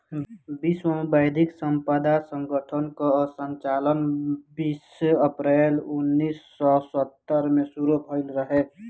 विश्व बौद्धिक संपदा संगठन कअ संचालन छबीस अप्रैल उन्नीस सौ सत्तर से शुरू भयल रहे